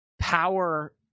power